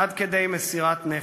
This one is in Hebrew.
עד כדי מסירת נפש".